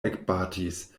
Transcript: ekbatis